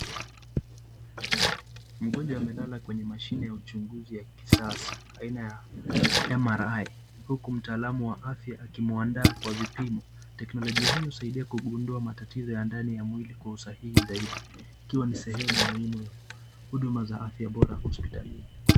mgonjwa amelala kwenye mashine ya uchunguzi ya kisasa aina ya [MRI] huku mtaalamu wa afya akumuandaa kwa vipimo, teknologia hii husaidia kugundua matatiso ya ndani mwilini kwa usahii zaidi ikiwa ni sehemu muhimu uduma za afya bora hosipitalini.